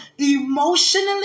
emotionally